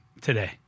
today